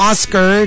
Oscar